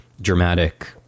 dramatic